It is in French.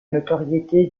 notoriété